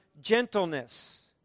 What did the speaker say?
gentleness